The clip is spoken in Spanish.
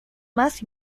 más